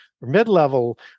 mid-level